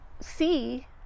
see